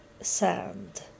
sand